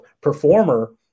performer